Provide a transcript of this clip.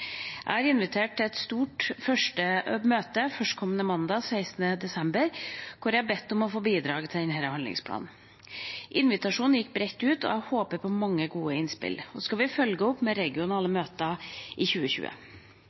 Jeg har invitert til et stort møte førstkommende mandag, 16. desember, hvor jeg har bedt om å få bidrag til denne handlingsplanen. Invitasjonen gikk bredt ut, og jeg håper på mange gode innspill. Så skal vi følge opp med regionale møter i 2020.